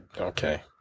Okay